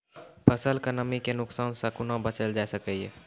फसलक नमी के नुकसान सॅ कुना बचैल जाय सकै ये?